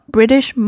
British